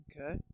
okay